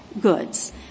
goods